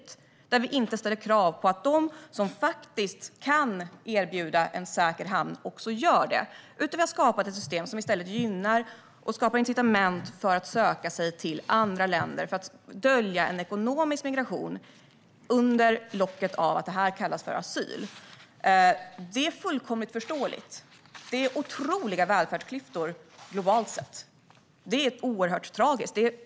Det är en situation där vi inte ställer krav på att de som faktiskt kan erbjuda en säker hamn också gör det. I stället har vi skapat ett system som skapar incitament för människor att söka sig till andra länder och som döljer en ekonomisk migration under locket av att det kallas asyl. Detta är fullkomligt förståeligt. Det finns otroliga välfärdsklyftor globalt sett, och det är oerhört tragiskt.